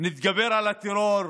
נתגבר על הטרור,